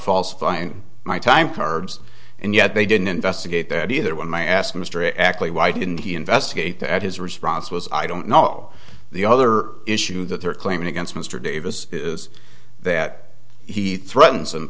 falsifying my time cards and yet they didn't investigate that either when my asked mr actually why didn't he investigate at his response was i don't know the other issue that they're claiming against mr davis is that he threatens and